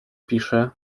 pisze